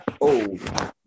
old